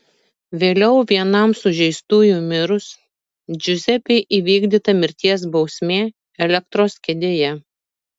vėliau vienam sužeistųjų mirus džiuzepei įvykdyta mirties bausmė elektros kėdėje